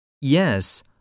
Yes